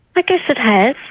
i guess it has,